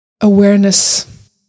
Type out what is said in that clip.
Awareness